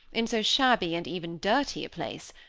in so shabby and even dirty a place,